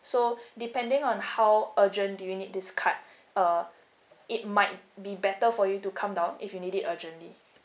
so depending on how urgent do you need this card uh it might be better for you to come down if you need it urgently